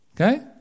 Okay